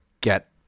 get